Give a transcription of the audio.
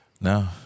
No